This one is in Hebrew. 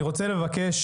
אני רוצה לבקש